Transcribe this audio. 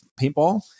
paintball